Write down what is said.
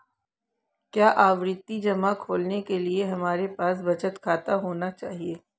क्या आवर्ती जमा खोलने के लिए हमारे पास बचत खाता होना चाहिए?